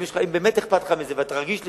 אם באמת אכפת לך מזה ואתה רגיש לזה,